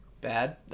Bad